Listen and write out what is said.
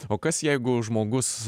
o kas jeigu žmogus